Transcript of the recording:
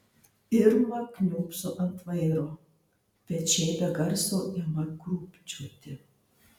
irma kniūbso ant vairo pečiai be garso ima krūpčioti